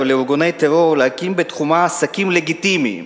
לארגוני טרור להקים בתחומה עסקים "לגיטימיים"